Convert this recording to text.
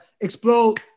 explode